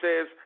says